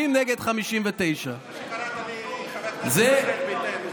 60 נגד 59. כשקראת לי חבר כנסת מישראל ביתנו,